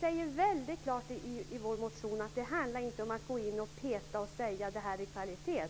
säger väldigt klart i vår motion att det här med kvalitetsbegreppet inte handlar om att gå in och peta och säga att det här är kvalitet.